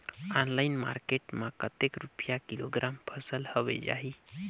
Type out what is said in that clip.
Online market मां कतेक रुपिया किलोग्राम फसल हवे जाही?